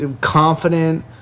confident